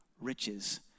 riches